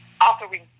offering